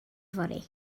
fory